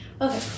Okay